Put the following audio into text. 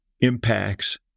impacts